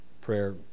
prayer